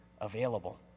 available